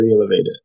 elevated